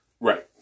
Right